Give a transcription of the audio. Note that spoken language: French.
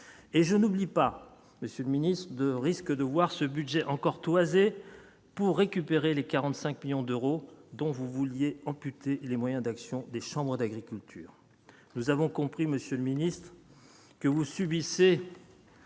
et je n'oublie pas, monsieur le Ministre, de risque de voir ce budget encore toiser pour récupérer les 45 millions d'euros, dont vous vouliez amputer les moyens d'action des chambres d'agriculture nous avons compris, Monsieur le Ministre, que vous subissez